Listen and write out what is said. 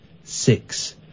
six